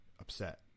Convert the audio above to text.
upset